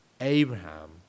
Abraham